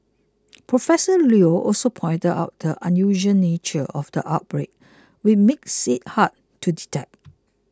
profession Leo also pointed out the unusual nature of the outbreak which we made hard to detect